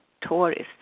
tourists